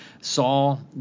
Saul